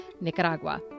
Nicaragua